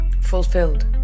fulfilled